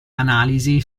analisi